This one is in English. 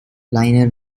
liner